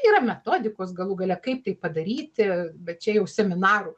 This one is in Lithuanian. yra metodikos galų gale kaip tai padaryti bet čia jau seminarų